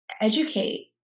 educate